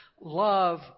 Love